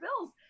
bills